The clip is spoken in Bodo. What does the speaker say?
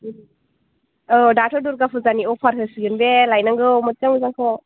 औ दाथ' दुरगा फुजानि अफार होसिगोन बे लायनांगौ मोजां मोजांखौ